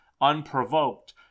unprovoked